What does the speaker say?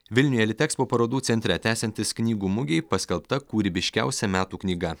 vilniuje litekspo parodų centre tęsiantis knygų mugei paskelbta kūrybiškiausia metų knyga